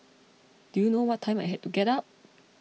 do you know what time I had to get up